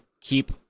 keep